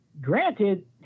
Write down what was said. Granted